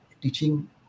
teaching